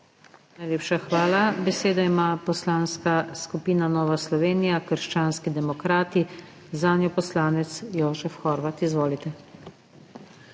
Najlepša hvala. Besedo ima Poslanska skupina Nova Slovenija – krščanski demokrati, zanjo poslanec Jožef Horvat. Izvolite.